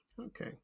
okay